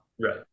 Right